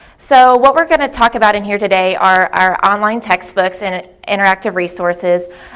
so what we're going to talk about in here today are our online textbooks and interactive resources,